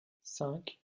cinq